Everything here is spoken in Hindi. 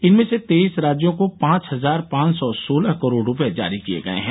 इसमें से तेईस राज्यों को पांच हजार पांच सौ सोलह करोड़ रुपये जारी किए गए हैं